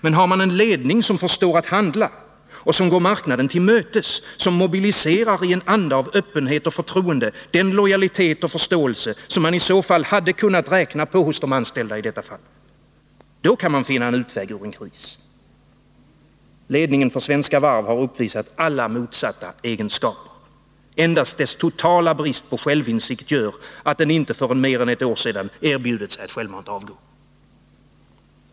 Men har man en ledning som förstår att handla och som går marknaden till mötes, som i en anda av öppenhet och förtroende mobiliserar den lojalitet och förståelse som man i detta fall hade kunnat räkna på hos de anställda — då kan man finna en väg ut ur en kris. Ledningen för Svenska Varv har uppvisat alla motsatta egenskaper. Endast dess totala brist på självinsikt gör att den inte tidigare än för ett år sedan erbjudit sig att självmant avgå.